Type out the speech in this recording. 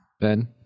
Ben